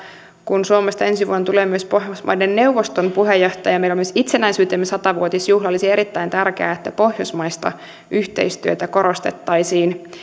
kun suomesta ensi vuonna tulee myös pohjoismaiden neuvoston puheenjohtaja ja meillä on myös itsenäisyytemme sata vuotisjuhla olisi erittäin tärkeää että pohjoismaista yhteistyötä korostettaisiin